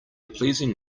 pleasing